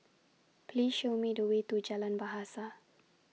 Please Show Me The Way to Jalan Bahasa